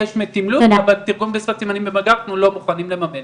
אבל תרגום לשפת סימנים במגע אנחנו לא מוכנים לממן.